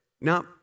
now